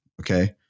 Okay